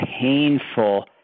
painful